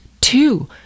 two